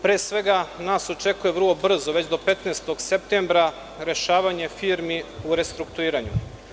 Pre svega, nas očekuje vrlo brzo, već do 15. septembra, rešavanje firmi u restrukturiranju.